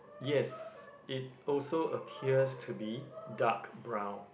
yes it also appears to be dark brown